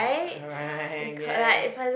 uh all right I guess